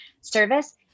service